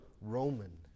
Roman